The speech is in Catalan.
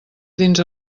dins